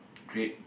great